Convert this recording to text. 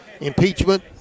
impeachment